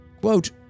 quote